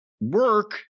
work